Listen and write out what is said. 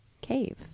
cave